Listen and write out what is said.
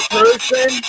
person